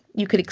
you could,